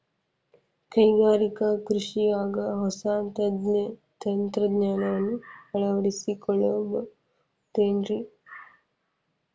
ಕೈಗಾರಿಕಾ ಕೃಷಿಯಾಗ ಹೊಸ ತಂತ್ರಜ್ಞಾನವನ್ನ ಅಳವಡಿಸಿಕೊಳ್ಳಬಹುದೇನ್ರೇ?